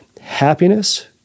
happiness